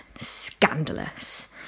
scandalous